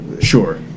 Sure